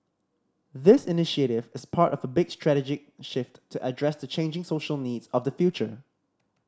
this initiative is part of a big strategic shift to address the changing social needs of the future